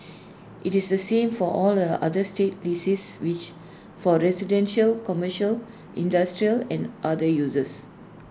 IT is the same for all the other state leases which for residential commercial industrial and other users